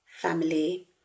family